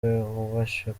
wubashywe